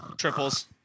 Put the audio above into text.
Triples